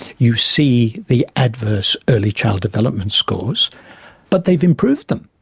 you see the adverse early child development scores but they've improved them,